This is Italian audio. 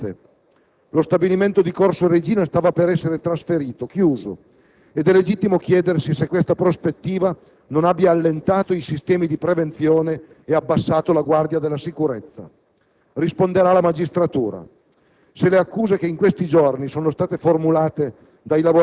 Occorre sia fatta chiarezza sulle responsabilità, che emergano le negligenze e le trascuratezze. Lo stabilimento di Corso Regina stava per essere chiuso e trasferito: è legittimo chiedersi, dunque, se questa prospettiva non abbia allentato i sistemi di prevenzione ed abbassato la guardia della sicurezza.